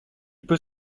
peut